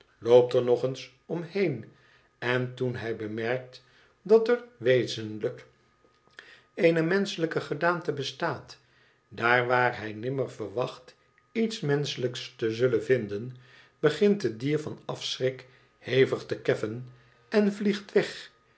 er nog eens om heen en toen hij bemerkt dat er wezenlijk eene menschelijke gedaante bestaat daar waar hij nimmer verwacht iets menschelijks te zullen vinden begint het dier van afschrik hevig te keffen en vliegt weg